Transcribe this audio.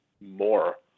more